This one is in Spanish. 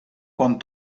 con